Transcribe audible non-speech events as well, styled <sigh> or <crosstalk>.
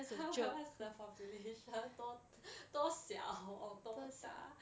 <laughs> what's the population 多多小 or 多大